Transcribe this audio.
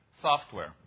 software